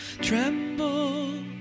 tremble